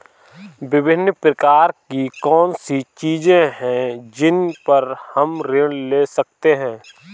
विभिन्न प्रकार की कौन सी चीजें हैं जिन पर हम ऋण ले सकते हैं?